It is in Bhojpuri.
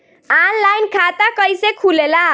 आनलाइन खाता कइसे खुलेला?